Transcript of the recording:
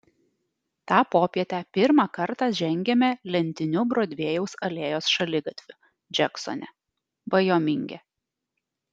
tą popietę pirmą kartą žengiame lentiniu brodvėjaus alėjos šaligatviu džeksone vajominge